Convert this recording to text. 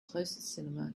closestcinema